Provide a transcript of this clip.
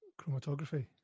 chromatography